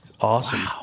Awesome